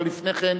אבל לפני כן,